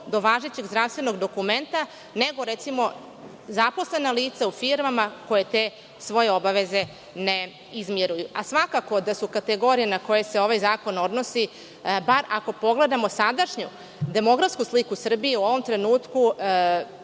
do važećeg zdravstvenog dokumenta, nego recimo, zaposlena lica u firmama koje te svoje obaveze ne izmiruju. Svakako da su kategorije na koje se ovaj zakon odnosi, bar ako pogledamo sadašnju demografsku sliku Srbije u ovom trenutku,